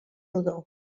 rodó